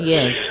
Yes